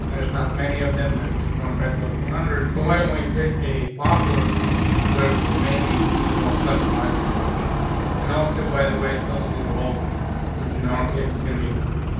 there's not many of them. there's just one regular four hundred. so why don't we pick a popular fund where we can maybe see more customizable options and also, by the way, tells you the low time what your normal case is gonna be fast.